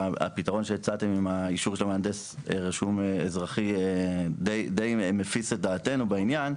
שהפתרון שהצעתם עם האישור של המהנדס האזרחי הרשום מפיס את דעתנו בעניין.